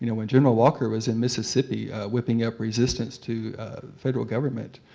you know when general walker was in mississippi, whipping up resistance to a federal government,